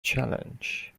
challenge